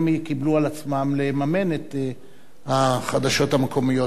הם קיבלו על עצמם לממן את החדשות המקומיות.